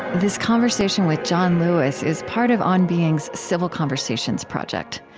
this conversation with john lewis is part of on being's civil conversations project.